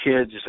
kids